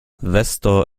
vesto